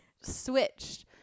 switched